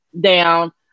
down